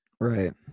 Right